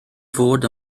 fod